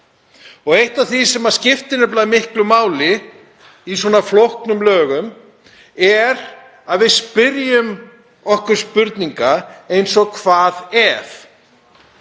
Eitt af því sem skiptir nefnilega miklu máli í svona flóknum lögum er að við spyrjum okkur spurninga eins og: Hvað ef?